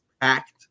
packed